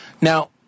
Now